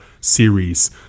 series